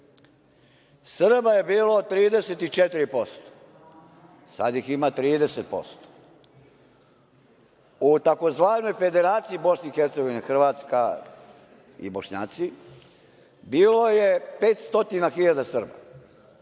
Srba je bilo 34%, sada ih ima 30%.U tzv. Federaciji Bosne i Hercegovine, Hrvatska i Bošnjaci, bilo je 500 hiljada